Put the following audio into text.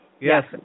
Yes